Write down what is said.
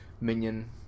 minion